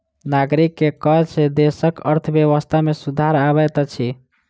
नागरिक के कर सॅ देसक अर्थव्यवस्था में सुधार अबैत अछि